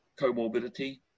comorbidity